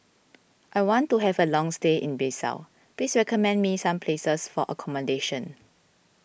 I want to have a long stay in Bissau please recommend me some places for accommodation